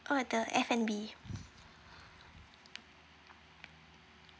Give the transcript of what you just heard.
oh the f and b